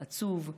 עצוב.